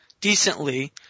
decently